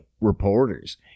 reporters